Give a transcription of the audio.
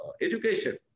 education